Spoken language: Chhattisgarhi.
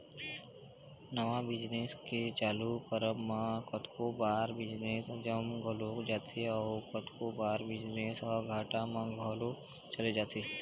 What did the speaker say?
नवा बिजनेस के चालू करब म कतको बार बिजनेस जम घलोक जाथे अउ कतको बार बिजनेस ह घाटा म घलोक चले जाथे